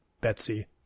betsy